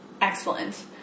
Excellent